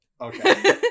Okay